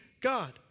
God